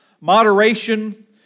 moderation